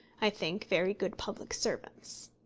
i think, very good public servants.